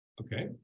Okay